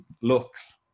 looks